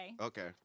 Okay